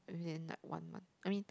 as in like one month I mean